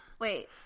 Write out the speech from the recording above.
wait